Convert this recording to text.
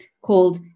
called